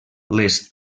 les